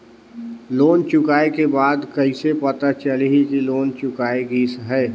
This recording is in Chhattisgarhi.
लोन चुकाय के बाद कइसे पता चलही कि लोन चुकाय गिस है?